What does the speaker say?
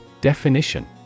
Definition